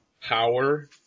power